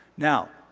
now